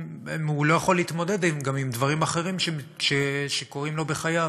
הוא לא יכול להתמודד עם דברים אחרים שקורים לו בחייו: